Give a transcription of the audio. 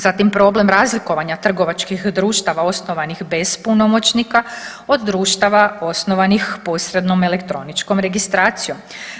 Zatim problem razlikovanja trgovačkih društava osnovanih bez punomoćnika od društava osnovanih posrednom elektroničkom registracijom.